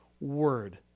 Word